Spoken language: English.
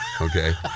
okay